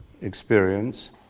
experience